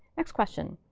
next question,